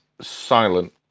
silent